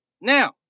Now